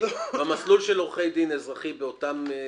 במסלול של עורכי דין, אזרחי, באותה סטטיסטיקה,